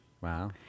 Wow